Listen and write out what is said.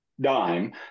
dime